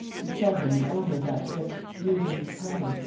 he saw him the owner of that list, using his power,